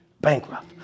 bankrupt